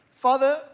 Father